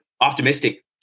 optimistic